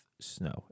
snow